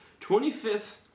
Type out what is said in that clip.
25th